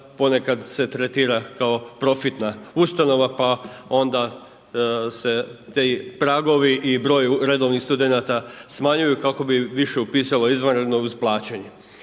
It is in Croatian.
ponekad se tretira kao profitna ustanova pa onda se ti pragovi i broj redovnih studenata smanjuju kako bi više upisalo izvanredno uz plaćanje.